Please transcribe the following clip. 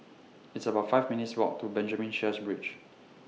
It's about five minutes' Walk to Benjamin Sheares Bridge